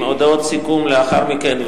עם הודעות סיכום לאחר מכן,